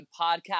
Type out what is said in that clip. podcast